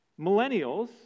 Millennials